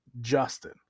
Justin